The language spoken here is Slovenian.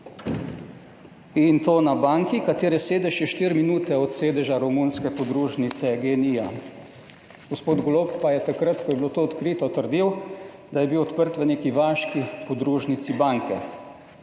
in to na banki, katere sedež je 4 minute od sedeža romunske podružnice GEN-I. Gospod Golob pa je takrat, ko je bilo to odkrito, trdil, da je bil odprt v neki vaški podružnici banke,